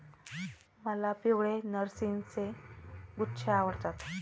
मला पिवळे नर्गिसचे गुच्छे आवडतात